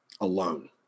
alone